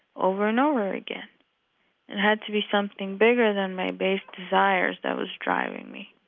over and over again? it had to be something bigger than my base desires that was driving me.